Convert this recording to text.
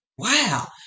Wow